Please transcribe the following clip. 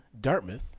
Dartmouth